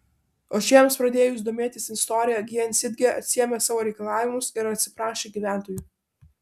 o šiems pradėjus domėtis istorija gjensidige atsiėmė savo reikalavimus ir atsiprašė gyventojų